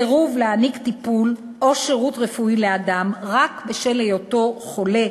סירוב להעניק טיפול או שירות רפואי לאדם רק בשל היותו חולה